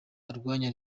urwanya